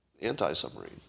anti-submarine